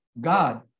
God